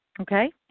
Okay